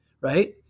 Right